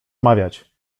mawiać